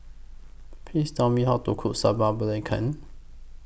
Please Tell Me How to Cook Sambal Belacan